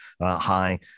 high